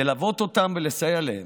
ללוות אותם ולסייע להם.